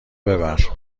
ببر